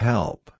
Help